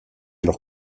leurs